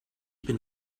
bin